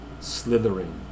slithering